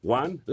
one